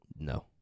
No